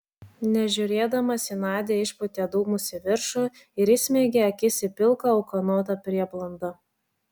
nežiūrėdamas į nadią išpūtė dūmus į viršų ir įsmeigė akis į pilką ūkanotą prieblandą